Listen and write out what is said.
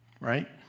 Right